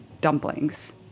dumplings